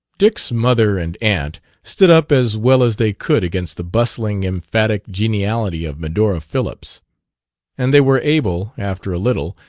dick's mother and aunt stood up as well as they could against the bustling, emphatic geniality of medora phillips and they were able, after a little,